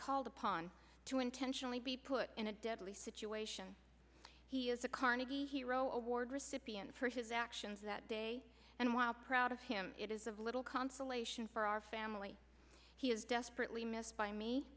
called upon to intentionally be put in a deadly situation he is a carnegie hero award recipient for his actions that day and while proud of him it is of little consolation for our family he is desperately missed by me